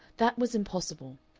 that was impossible.